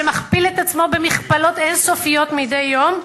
שמכפיל את עצמו במכפלות אין-סופיות מדי יום,